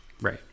right